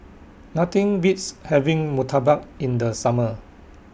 Nothing Beats having Murtabak in The Summer